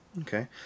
Okay